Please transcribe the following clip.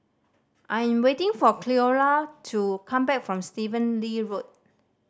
I'm waiting for Cleola to come back from Stephen Lee Road